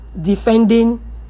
defending